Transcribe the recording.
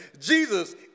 Jesus